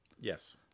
Yes